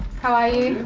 how are you?